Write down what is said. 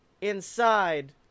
inside